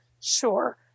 Sure